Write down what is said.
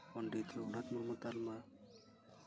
ᱯᱚᱸᱰᱤᱛ ᱨᱟᱹᱜᱷᱩᱱᱟᱛᱷ ᱢᱩᱨᱢᱩ ᱛᱟᱞᱢᱟ